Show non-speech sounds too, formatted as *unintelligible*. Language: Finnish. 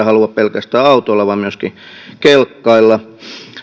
*unintelligible* halua pelkästään autoilla vaan myöskin kelkkailla